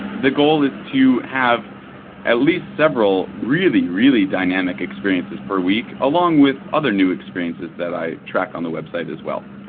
the goal is to have at least several really, really dynamic experiences per week, along with other new experiences that i track on the website as well.